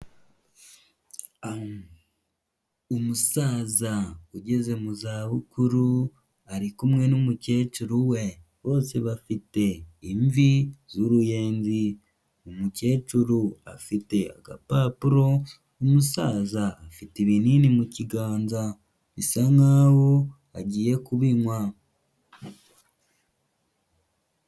Umusaza ugeze mu zabukuru ari kumwe n'umukecuru we bose bafite imvi z'uruyenzi, umukecuru afite agapapuro, umusaza afite ibinini mu kiganza bisa nk'aho agiye kubinywa.